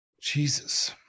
Jesus